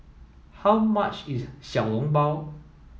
how much is Xiao Long Bao